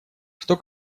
что